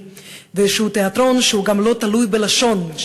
והוא תיאטרון שהוא גם לא תלוי בלשון,